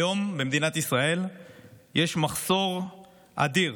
היום, במדינת ישראל יש מחסור אדיר